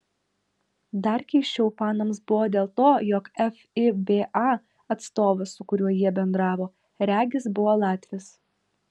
dar keisčiau fanams buvo dėl to jog fiba atstovas su kuriuo jie bendravo regis buvo latvis